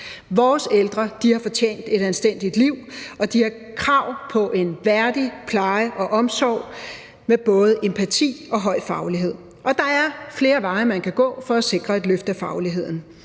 Vores ældre har fortjent et anstændigt liv, og de har krav på en værdig pleje og omsorg med både empati og høj faglighed. Der er flere veje, man kan gå, for at sikre et løft af fagligheden.